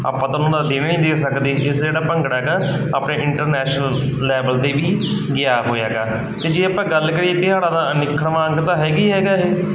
ਆਪਾਂ ਤਾਂ ਉਹਨਾਂ ਦਾ ਦੇਣ ਵੀ ਨਹੀਂ ਦੇ ਸਕਦੇ ਇਸ ਜਿਹੜਾ ਭੰਗੜਾ ਹੈਗਾ ਆਪਣੇ ਇੰਟਰਨੈਸ਼ਨਲ ਲੈਵਲ 'ਤੇ ਵੀ ਗਿਆ ਹੋਇਆ ਹੈਗਾ ਅਤੇ ਜੇ ਆਪਾਂ ਗੱਲ ਕਰੀਏ ਤਿਉਹਾਰਾਂ ਦਾ ਅਨਿੱਖੜਵਾਂ ਅੰਗ ਤਾਂ ਹੈਗਾ ਹੀ ਹੈਗਾ ਇਹ